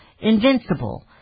invincible